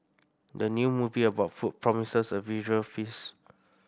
the new movie about food promises a visual feast